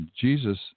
Jesus